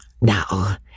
now